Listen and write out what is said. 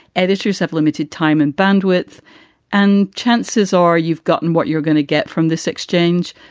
editors have limited time and bandwidth and chances are you've gotten what you're going to get from this exchange.